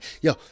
Yo